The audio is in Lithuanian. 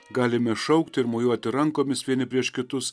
galime šaukti ir mojuoti rankomis vieni prieš kitus